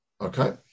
okay